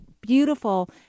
beautiful